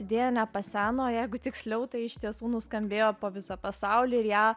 idėja nepaseno jeigu tiksliau tai iš tiesų nuskambėjo po visą pasaulį ir ją